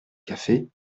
café